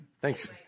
Thanks